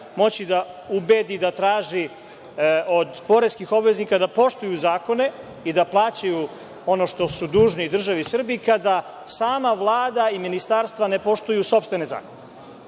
moći da ubedi, da traži od poreskih obveznika da poštuju zakone i da plaćaju ono što su dužni državi Srbiji, kada sama Vlada i ministarstva ne poštuju sopstvene zakone.